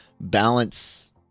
balance